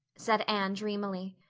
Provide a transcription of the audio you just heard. said anne dreamily.